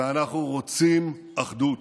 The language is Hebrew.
ואנחנו רוצים אחדות.